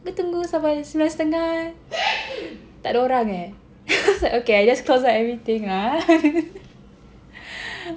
dah tunggu sampai sembilan setengah tak da orang eh I was like okay I just close up everything ah